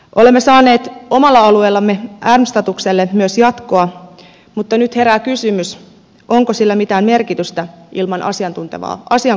olemme saaneet omalla alueellamme ärm statukselle myös jatkoa mutta nyt herää kysymys onko sillä mitään merkitystä ilman asiaan kuuluvaa rahoitusta